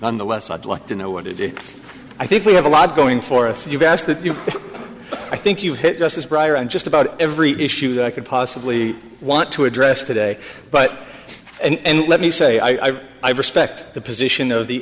nonetheless i'd like to know what to do i think we have a lot going for us you've asked that i think you hit justice brier on just about every issue that i could possibly want to address today but and let me say i respect the position of the